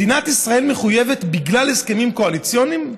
מדינת ישראל מחויבת בגלל הסכמים קואליציוניים?